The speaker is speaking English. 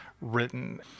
Written